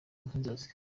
nk’inzozi